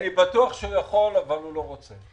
בטוח שהוא יכול אבל הוא לא רוצה.